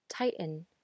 Tighten